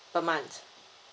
per month